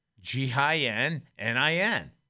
G-I-N-N-I-N